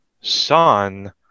son